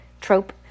trope